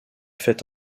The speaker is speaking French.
fait